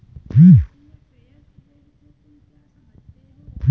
कृषि में fair trade से तुम क्या समझते हो?